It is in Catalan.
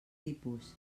tipus